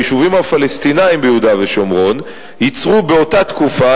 היישובים הפלסטיניים ביהודה ושומרון יצרו באותה תקופה,